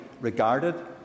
regarded